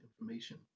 information